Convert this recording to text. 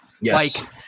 Yes